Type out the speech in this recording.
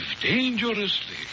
dangerously